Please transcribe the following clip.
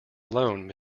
alone